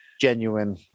genuine